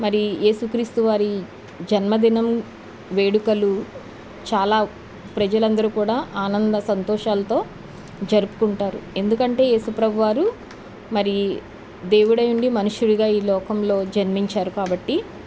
మరి యేసుక్రీస్తు వారి జన్మదినం వేడుకలు చాలా ప్రజలు అందరూ కూడా ఆనంద సంతోషాలతో జరుపుకుంటారు ఎందుకంటే యేసు ప్రభువారు మరి దేవుడై ఉండి మనుషుడిగా ఈ లోకంలో జన్మించారు కాబట్టి